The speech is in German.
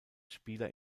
spieler